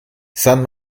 san